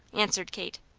answered kate.